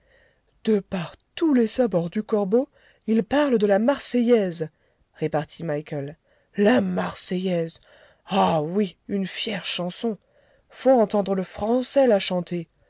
de par tous les sabords du corbeau il parle de la marseillaise répartit michael la marseillaise ah oui une fière chanson faut entendre le français la chanter